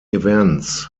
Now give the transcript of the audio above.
events